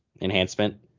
enhancement